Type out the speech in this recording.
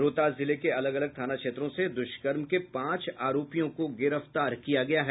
रोहतास जिले के अलग अलग थाना क्षेत्रों से दुष्कर्म के पांच आरोजियों को गिरफ्तार किया गया है